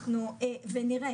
אנחנו ונראה,